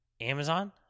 Amazon